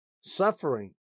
suffering